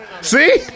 See